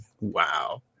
Wow